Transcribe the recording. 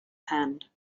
hand